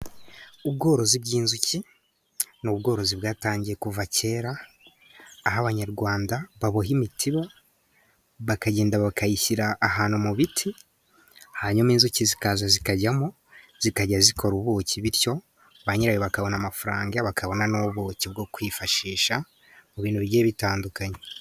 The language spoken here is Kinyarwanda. Ubworozi bw'inzuki, n'ubworozi bwatangiye kuva kera, ah'abanyarwanda baboha imitiba, bakagenda bakayishyira ahantu mu biti, hanyuma inzuki zikaza zikajyamo, zikajya zikora ubuki, bityo banyirayo bakabona amafaranga bakabona n'ubuki bwo kwifashisha mu bintu bigiye bitandukanye.